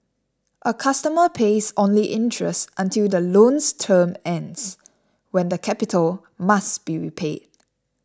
a customer pays only interest until the loan's term ends when the capital must be repaid